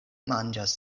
manĝas